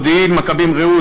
בתל-רומיידה,